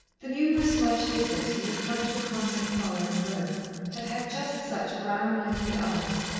the numerous marchesas who had come to the convent parlour in rome had had just such brown, liquid eyes,